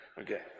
Okay